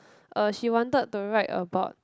uh she wanted to write about